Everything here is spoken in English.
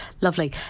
Lovely